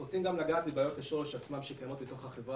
אנחנו רוצים לגעת בבעיות השורש עצמן שקיימות בתוך החברה